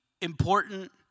important